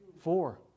Four